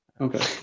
Okay